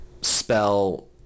spell